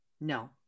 No